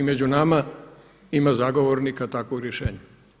I među nama ima zagovornika takvog rješenja.